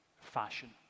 fashion